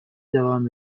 devam